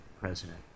president